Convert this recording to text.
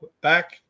back